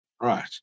right